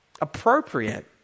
appropriate